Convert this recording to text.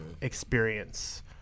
experience